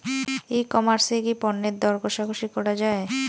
ই commerce এ কি পণ্যের দর কশাকশি করা য়ায়?